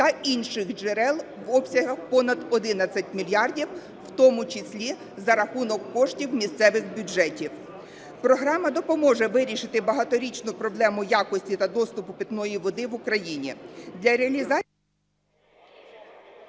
та інших джерел в обсягах понад 11 мільярдів, у тому числі за рахунок коштів місцевих бюджетів. Програма допоможе вирішити багаторічну проблему якості та доступу питної води в Україні.